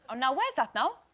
um now where's that now?